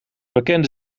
bekende